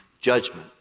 judgment